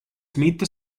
smith